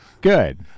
Good